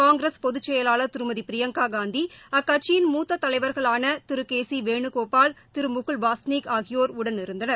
காங்கிரஸ் பொதுச்செயலாளர் திருமதிபிரியங்காகாந்தி அக்கட்சியின் மூத்ததலைவர்களானதிருகேசிவேணுகோபால் திருமுகுல் வாஸ்னிக் ஆகியோர் உடனிருந்தனர்